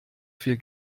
viel